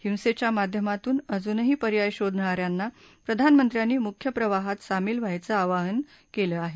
हिंसेच्या माध्यमातून अजूनही पर्याय शोधणाऱ्यांना प्रधानमंत्र्यांनी मुख्य प्रवाहात सामिल व्हायचं आवाहन केलं आहे